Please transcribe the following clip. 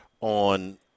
on